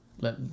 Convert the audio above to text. let